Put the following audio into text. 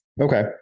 Okay